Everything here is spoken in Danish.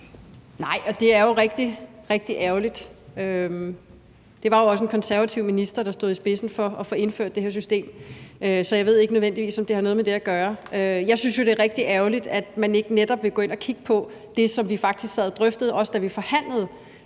er jo rigtig, rigtig ærgerligt. Det var jo også en konservativ minister, der stod i spidsen for at få indført det her system, men jeg ved ikke, om det nødvendigvis har noget med det at gøre. Jeg synes jo, det er rigtig ærgerligt, at man netop ikke vil gå ind og kigge på det, som vi faktisk sad og drøftede, da vi forhandlede,